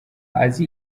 azi